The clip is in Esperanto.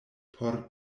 por